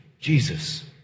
Jesus